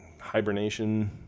hibernation